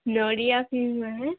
ନଡ଼ିଆ କିଣିବା ଏଁ